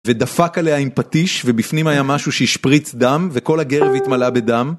ודפק עליה עם פטיש ובפנים היה משהו שהשפריץ דם וכל הגרב התמלאה בדם